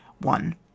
One